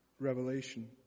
revelation